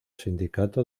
sindicato